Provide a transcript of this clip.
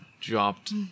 dropped